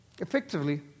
Effectively